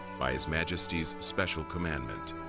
by his majesty's special commandment.